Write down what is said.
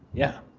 yeah,